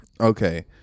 Okay